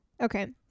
Okay